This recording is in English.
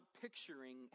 picturing